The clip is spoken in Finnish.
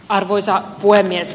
arvoisa puhemies